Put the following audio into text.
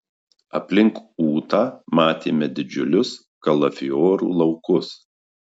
aplink ūtą matėme didžiulius kalafiorų laukus